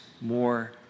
more